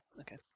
Okay